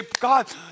God